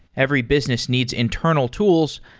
every business needs internal tools,